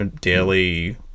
daily